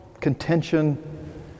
contention